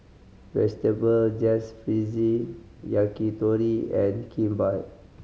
Vegetable Jalfrezi Yakitori and Kimbap